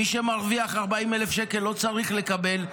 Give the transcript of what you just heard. מי שמרוויח 40,000 שקל לא צריך לקבל,